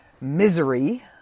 misery